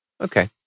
okay